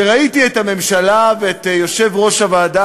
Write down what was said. כשראיתי את הממשלה ואת יושב-ראש הוועדה,